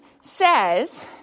says